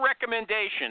recommendation